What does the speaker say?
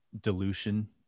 dilution